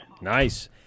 Nice